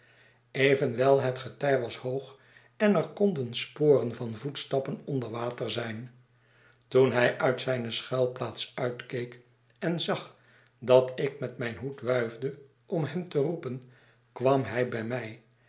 evenwel het getij was hoog en er konden sporen van voetstappen onder water zijn toen hij uit zijne schuilplaats uitkeek en zag dat ik met mijn hoed wuifde om hem te roepen kwam hij bij mij